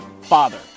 FATHER